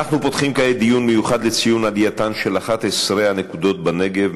אנחנו פותחים כעת דיון מיוחד לציון עלייתן של 11 הנקודות בנגב,